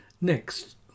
Next